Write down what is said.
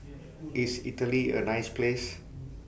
IS Italy A nice Place